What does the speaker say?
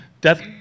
death